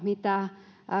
mitä